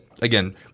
Again